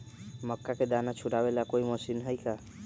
मक्का के दाना छुराबे ला कोई मशीन हई का?